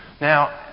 Now